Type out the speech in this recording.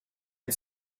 and